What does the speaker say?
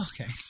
Okay